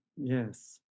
yes